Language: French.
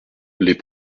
les